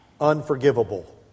unforgivable